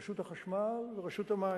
רשות החשמל ורשות המים,